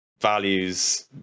values